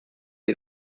les